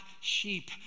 sheep